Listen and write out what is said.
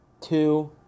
two